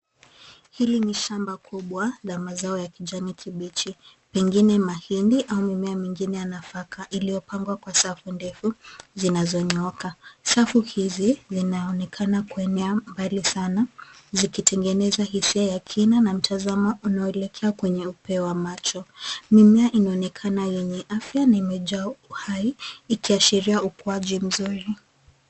Hili ni shamba kubwa la mazao ya kijani kibichi, pengine mahindi au mimea mingine ya nafaka, iliyopangwa kwa safu ndefu zinazonyooka. Safu hizi zinaonekana kuenea mbali sana, zikitengeneza hisia ya kina na mtazamo unaoelekea kwenye upeo wa macho. Mimea inaonekana yenye afya na imejaa uhai, ikiashiria ukuaji mzuri.